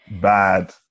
bad